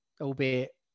albeit